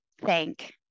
thank